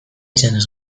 izanez